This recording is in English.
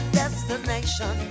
destination